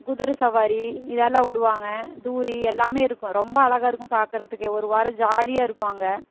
குதிரை சவாரி இதெல்லாம் விடுவாங்க தூரி எல்லாமே இருக்கும் ரொம்ப அழகாக இருக்கும் பார்க்கறதுக்கே ஒருவாரம் ஜாலியாக இருக்கும் அங்கே